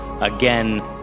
again